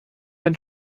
been